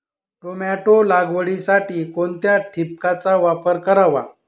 Tomato लागवडीसाठी कोणत्या ठिबकचा वापर करावा?